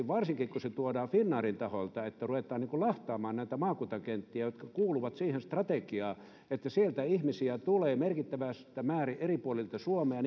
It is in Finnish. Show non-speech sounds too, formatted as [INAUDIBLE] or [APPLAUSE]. [UNINTELLIGIBLE] varsinkin kun se tuodaan finnairin taholta että samanaikaisesti ruvetaan lahtaamaan näitä maakuntakenttiä jotka kuuluvat siihen strategiaan että sieltä ihmisiä tulee merkittävissä määrin eri puolilta suomea [UNINTELLIGIBLE]